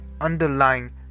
underlying